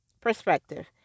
perspective